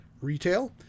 retail